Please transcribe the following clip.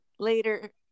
Later